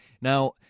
Now